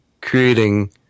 creating